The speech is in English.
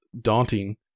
daunting